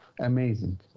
Amazing